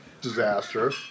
disaster